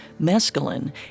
mescaline